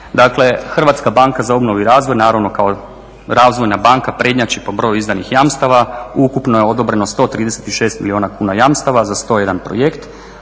dakle Hrvatska banka za obnovu i razvoj naravno kao razvojna banka prednjače po broju izdanih jamstava. Ukupno je odobreno 136 milijuna kuna jamstava za 101 projekt,